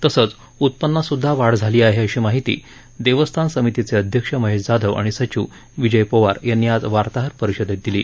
तसंच उत्पन्नात सुध्दा वाढ झाली आहे अशी माहिती देवस्थान समितीचे अध्यक्ष महेश जाधव आणि सचिव विजय पोवार यांनी आज वार्ताहर परिषदेत दिली आहे